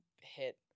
hit